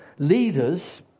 Leaders